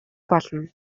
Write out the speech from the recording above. болно